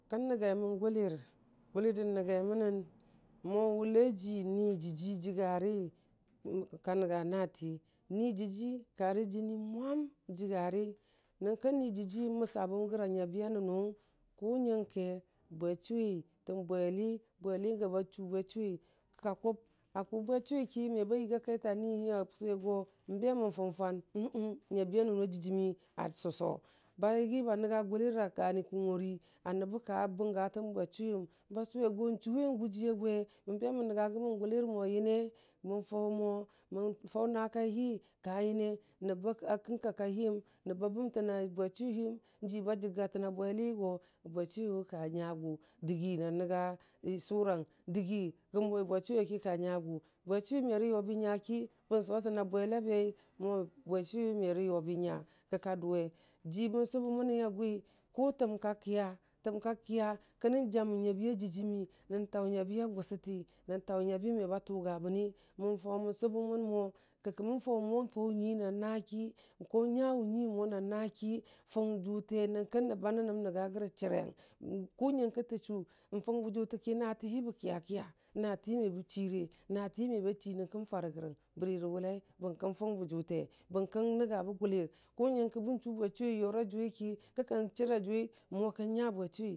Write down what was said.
Kən nəngaimən gʊlər, gʊlər dən nəngai mənən mo wʊlai ji ni dəji jəgari ka nənga natii, ni dəji karə jəni mwam jəgari nyənkə ni dəji məsubəmən gəra a nyabi a nənʊwʊng, kʊ nyənke bwechʊwi tən bweli, bweli gəba chʊ bwechʊwi kəka kʊb, a kʊb bwechʊwiki me ba yəga keita ni hiyʊ a sʊwe go be mən fənfan um um nyabi a nənu a dəjimi a sʊso, ba yəgi ba nənga gʊlər a gani kəngorii a nəbʊ ka bənga tən bwechʊwi yʊ, ba sʊwego chʊwe yʊji a gwe be mən nənya mən gʊlər mo nyənnə mən faʊ mo mən faʊna kaiti ka nyəne, nəba a kəngka kaihim, nəb ba bəmtəna bwechʊwi hiying ji ba jəggatən na bweli go bwechʊwi iwə ka nyagʊ dəgi nan nənga sʊrang dəgi gən wai bwechʊwiwə ki ka nyagʊ, bwechʊwi merə yʊbi nyaki bən sotənna bwela bei mu bwechʊwi we merə yʊbi nya kə ka dʊwe ji mən sʊbəməni agwi kʊ tənka kəya, təm ka kəya kənən jamə nyabi, təm ka kəya kənən jamə nyabi a dəjimi nən taʊ nyabi a gʊsʊti nən taʊ nyubi wə me ba tʊgabəni mən faʊ mən sʊbəmən mo kə kəmən faʊ mo faʊ nyi nan naki ko nyuwʊ nyi mo nan na ki, fʊng jʊte nyənkə nəbba nənəm nənga rəyəng chəreng, ku nyənke tə chʊ fʊngbə jʊtəki natiibə kəyakəya nutii me bə chire, natii me ba chi nyənkənfarə gərəng bəri rə wʊlai bərkəng fʊngbə jʊte bən kəng nənya bə gʊlər ku nyənkə bən chʊ bwechʊwi yʊra jʊwiki kə kən chər ajʊwi mo kən nya bwechʊwi.